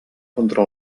contra